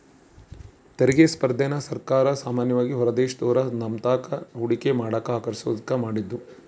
ತೆರಿಗೆ ಸ್ಪರ್ಧೆನ ಸರ್ಕಾರ ಸಾಮಾನ್ಯವಾಗಿ ಹೊರದೇಶದೋರು ನಮ್ತಾಕ ಹೂಡಿಕೆ ಮಾಡಕ ಆಕರ್ಷಿಸೋದ್ಕ ಮಾಡಿದ್ದು